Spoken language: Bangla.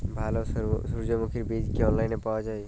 ভালো সূর্যমুখির বীজ কি অনলাইনে পাওয়া যায়?